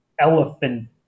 elephant